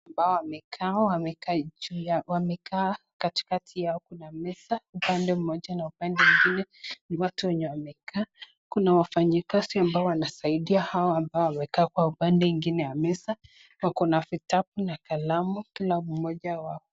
Ambao wamekaa, wamekaa katikati yao kuna meza upande mmoja na upande mwingine watu wenye wamekaa kuna wafanyikazi ambao wanasaidia hao ambao wamekaa kwa upande ingine ya meza wako na vitabu na kalamu kila mmoja wao.